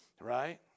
right